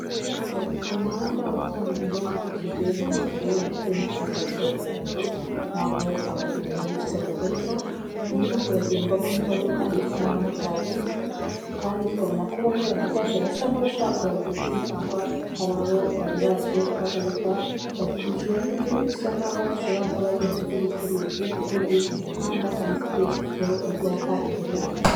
Umuhanda wa kaburimbo ukikijwe n'amazu ndetse n'utuyira tw'abanyamaguru n'aho ibinyabiziga biparika, urimo uragendwamo n'imodoka ndetse n'abamotari kandi twakabona ko bamwe bahagaze basa nk'abashaka abagenzi cyangwa hari abo bari baje guhagarika bakikijwe n'inzu isa nk nkahoa ari ishobora kuba ari inzu z'ubucuruzi kuko ziri ku muhanda kandi zigiye zifiteho ibyapa imbere yazo.